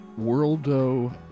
worldo